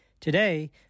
Today